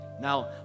Now